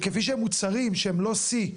שהם לא C,